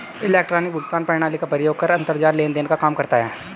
electronic भुगतान प्रणाली का प्रयोग कर अंतरजाल लेन देन काम करता है